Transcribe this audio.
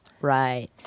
Right